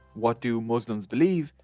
what do muslim's believe,